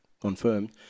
confirmed